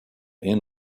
inn